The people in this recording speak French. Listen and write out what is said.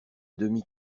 demi